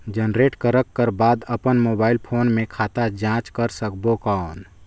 Generate करक कर बाद अपन मोबाइल फोन मे खाता जांच कर सकबो कौन?